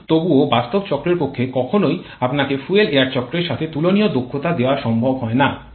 কিন্তু তবুও বাস্তব চক্রের পক্ষে কখনই আপনাকে ফুয়েল এয়ার চক্রের সাথে তুলনীয় দক্ষতা দেওয়া সম্ভব হয় না